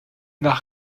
nach